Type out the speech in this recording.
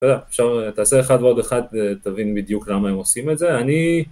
אתה יודע, אפשר, תעשה אחד ועוד אחד תבין בדיוק למה הם עושים את זה, אני